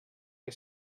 que